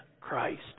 Christ